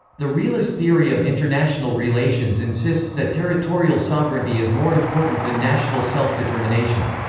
the realist theory of international relations insists that territorial sovereignty is more important than national self-determination.